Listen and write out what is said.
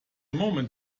moment